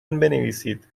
بنویسید